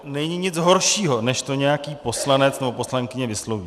Není nic horšího, než když to nějaký poslanec nebo poslankyně vysloví.